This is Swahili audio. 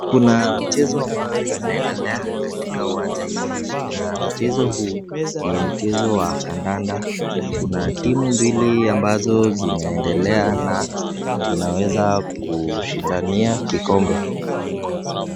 Kuna mchezo ambayo inaendelea katika uwanja hii na michezo huu ni mchezo wa kandanda. Kuna timu mbili ambazo zinaendelea na zinaweza kushindania kikombe.